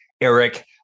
Eric